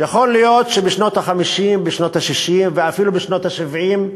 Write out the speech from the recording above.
יכול להיות שבשנות ה-50, בשנות ה-60,